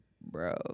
bro